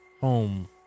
home